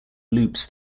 loops